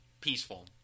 peaceful